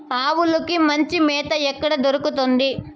ఆవులకి మంచి మేత ఎక్కడ దొరుకుతుంది?